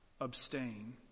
abstain